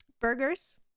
Burgers